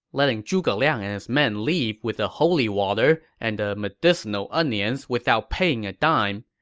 letting zhuge liang and his men leave with the holy water and the medicinal onions without paying a dime.